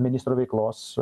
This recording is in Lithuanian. ministro veiklos